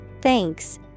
thanks